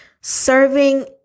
Serving